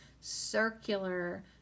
circular